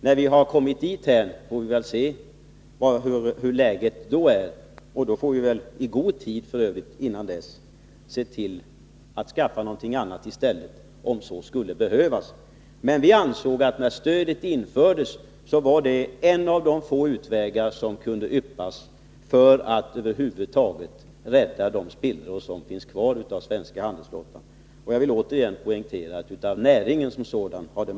När tiden är inne får vi väl se hur läget är, och då får vi i god tid se till att skaffa någonting annat i stället, om så skulle behövas. Men när stödet infördes ansåg vi att det utgjorde en av de få utvägar som fanns för att över huvud taget rädda de spillror som var kvar av den svenska handelsflottan. Jag vill återigen poängtera att detta har mottagits positivt av näringen.